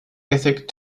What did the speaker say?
ethic